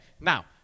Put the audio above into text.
Now